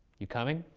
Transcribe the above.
you coming?